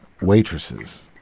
waitresses